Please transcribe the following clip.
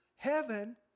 Heaven